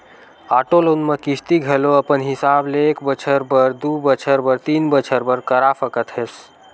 auto loan म किस्ती घलो अपन हिसाब ले एक बछर बर, दू बछर बर, तीन बछर बर करा सकत हस